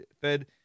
Fed